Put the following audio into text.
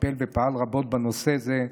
שטיפל ופעל רבות בנושא זה,